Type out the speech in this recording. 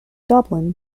dublin